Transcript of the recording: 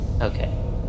Okay